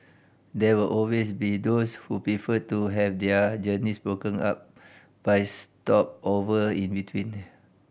there will always be those who prefer to have their journeys broken up by stopover in between